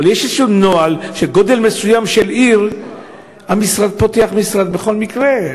אבל יש נוהל שבגודל מסוים של עיר המשרד פותח לשכה בכל מקרה.